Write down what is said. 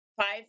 five